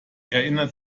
erinnert